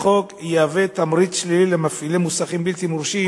החוק יהווה תמריץ שלילי למפעילי מוסכים בלתי מורשים,